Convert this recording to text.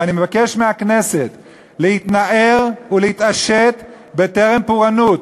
ואני מבקש מהכנסת להתנער ולהתעשת בטרם פורענות.